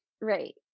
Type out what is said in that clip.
right